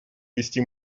вести